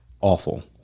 awful